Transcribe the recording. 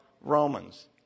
Romans